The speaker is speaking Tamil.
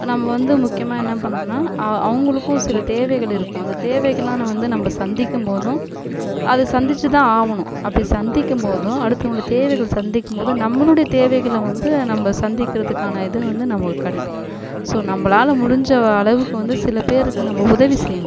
நம்ம வந்து முக்கியமாக என்ன பண்ணணுன்னா அவங்களுக்கும் சில தேவைகள் இருக்கும் அந்த தேவைக்குலாம் நான் வந்து நம்ம சந்திக்கும் போதும் அதை சந்திச்சு தான் ஆகணும் அப்படி சந்திக்கும் போதும் அடுத்தவங்களோட தேவைகளை சந்திக்கும் போதும் நம்மளுடைய தேவைகளை வந்து நம்ம சந்திக்கிறதுக்கான இது வந்து நமக்கு வந்து கிடைக்கும் ஸோ நம்மளால முடிஞ்சளவுக்கு வந்து சில பேருக்கு நம்ம உதவி செய்யணும்